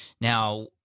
Now